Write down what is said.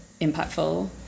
impactful